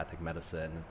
medicine